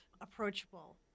approachable